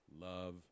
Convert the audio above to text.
love